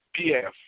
PF